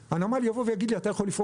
הנמל יבוא ויגיד לי: אתה יכול לפרוק